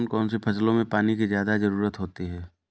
कौन कौन सी फसलों में पानी की ज्यादा ज़रुरत होती है?